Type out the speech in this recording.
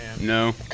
No